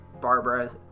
Barbara